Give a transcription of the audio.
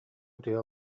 утуйа